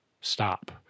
stop